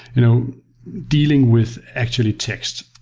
you know dealing with, actually texts.